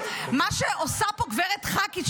מה שעושה פה גב' ח"כית,